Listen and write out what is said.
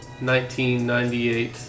1998